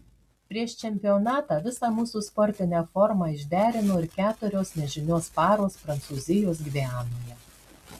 prieš čempionatą visą mūsų sportinę formą išderino ir keturios nežinios paros prancūzijos gvianoje